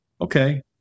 Okay